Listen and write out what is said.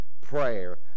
prayer